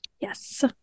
Yes